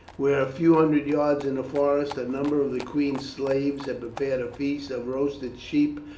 where, a few hundred yards in the forest, a number of the queen's slaves had prepared a feast of roasted sheep,